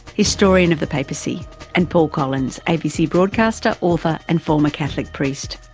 historian of the papacy and paul collins, abc broadcaster, author and former catholic priest.